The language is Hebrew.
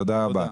תודה רבה.